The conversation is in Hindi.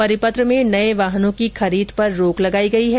परिपत्र में नए वाहनों की खरीद पर रोक लगाई गई है